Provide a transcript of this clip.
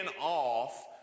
off